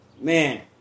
Man